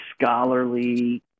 scholarly